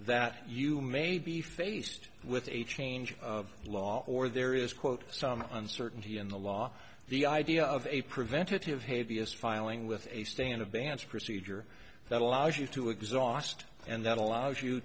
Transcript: that you may be faced with a change of law or there is quote some uncertainty in the law the idea of a preventative havey is filing with a stand of bans a procedure that allows you to exhaust and that allows you